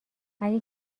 اگه